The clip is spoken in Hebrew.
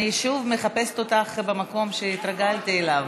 אני שוב מחפשת אותך במקום שהתרגלתי אליו.